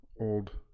old